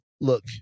Look